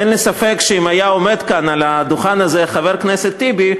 אין לי ספק שאם היה עומד כאן על הדוכן הזה חבר הכנסת טיבי,